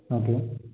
okay